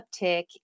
uptick